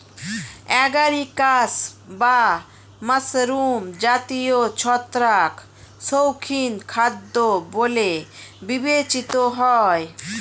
agaricus বা mushroom জাতীয় ছত্রাক শৌখিন খাদ্য বলে বিবেচিত হয়